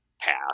path